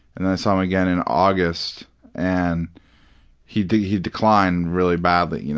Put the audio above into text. and then i saw him again in august and he he declined really badly. you know